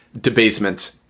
debasement